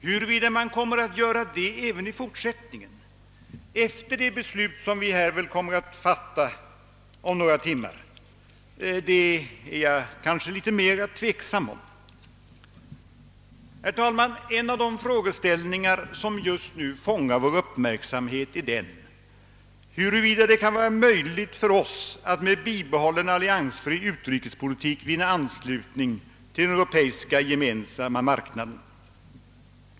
Huruvida man kommer att göra det även efter det beslut vi väl kommer att fatta om några timmar är jag däremot litet mera tveksam om. Herr talman! En av de frågeställningar som just nu fångar vår uppmärksamhet är huruvida det kan vara möjligt för oss att med bibehållen alliansfri utrikespolitik vinna anslutning till den europeiska gemensamma marknaden.